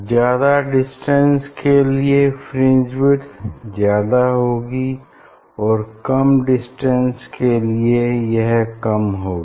ज्यादा डिस्टेंस के लिए फ्रिंज विड्थ ज्यादा होगी और कम डिस्टेंस के लिए यह कम होगी